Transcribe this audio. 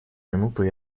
минуту